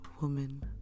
woman